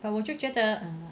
but 我就觉得 err